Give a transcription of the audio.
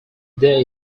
there